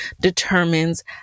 determines